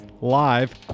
live